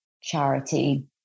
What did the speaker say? charity